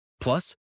Plus